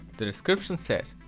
the description says,